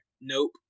Nope